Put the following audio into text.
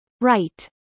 Right